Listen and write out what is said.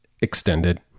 extended